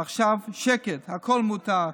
ועכשיו, שקט, הכול מותר.